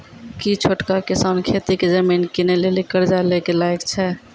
कि छोटका किसान खेती के जमीन किनै लेली कर्जा लै के लायक छै?